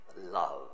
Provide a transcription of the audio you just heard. love